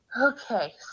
Okay